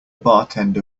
bartender